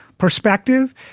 perspective